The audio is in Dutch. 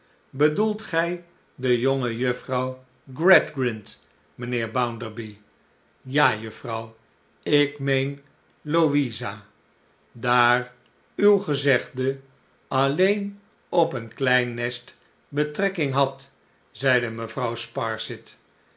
bedoelt gij de jongejuffrouw gradgrind mijnheer bounderby ja juffrouw ik meen louisa daar uw gezegde alleen op een klein nest betrekking had zeide mevrouw